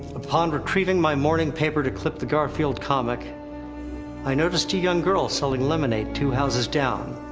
upon retrieving my morning paper to clip the garfield comic i noticed a young girl, selling lemonade two houses down.